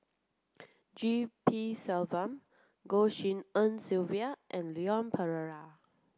G P Selvam Goh Tshin En Sylvia and Leon Perera